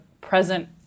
present